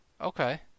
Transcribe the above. Okay